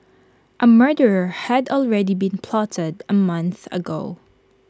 A murder had already been plotted A month ago